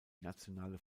nationale